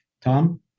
tom